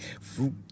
fruit